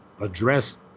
address